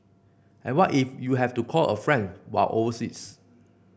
and what if you have to call a friend while overseas